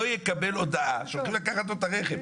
יקבל הודעה שהולכים לקחת לו את הרכב.